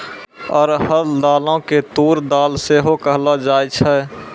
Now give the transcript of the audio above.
अरहर दालो के तूर दाल सेहो कहलो जाय छै